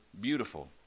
beautiful